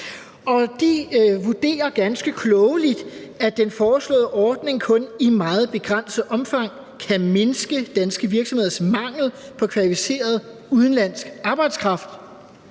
de vurderer ganske klogeligt, at den foreslåede ordning kun i meget begrænset omfang kan mindske danske virksomheders mangel på kvalificeret udenlandsk arbejdskraft.